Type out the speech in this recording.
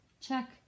Check